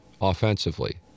offensively